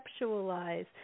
conceptualize